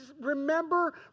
Remember